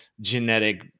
genetic